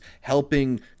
helping